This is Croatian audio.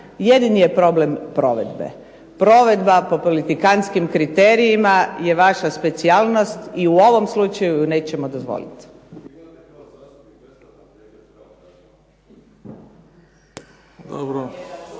Jedini je problem provedbe. Provedba po politikantskim kriterijima je vaša specijalnost i u ovom slučaju nećemo ju dozvoliti.